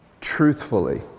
truthfully